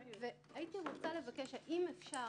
האם אפשר